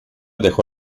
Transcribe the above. dejó